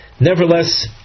nevertheless